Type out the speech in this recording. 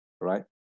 right